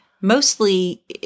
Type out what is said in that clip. Mostly